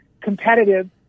competitive